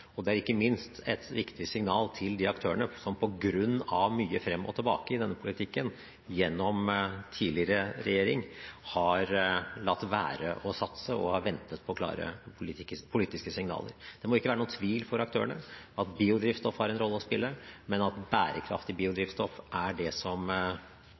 Det er ikke minst et viktig signal til de aktørene som på grunn av mye frem og tilbake i denne politikken gjennom tidligere regjering har latt være å satse og har ventet på klare politiske signaler. Det må ikke være noen tvil hos aktørene om at biodrivstoff har en rolle å spille, men at bærekraftig